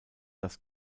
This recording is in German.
das